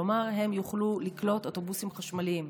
כלומר הם יוכלו לקלוט אוטובוסים חשמליים.